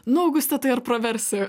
nu auguste tai ar praversi